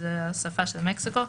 שזה ההוספה של מקסיקו,